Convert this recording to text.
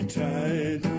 tight